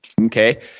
okay